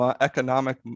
economic